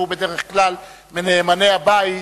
שהוא בדרך כלל מנאמני הבית,